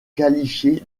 qualifié